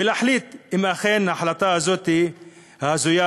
ולהחליט אם אכן ההחלטה הזאת הזויה,